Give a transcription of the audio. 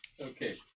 Okay